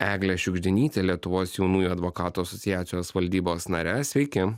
egle šiugždinyte lietuvos jaunųjų advokatų asociacijos valdybos nare sveiki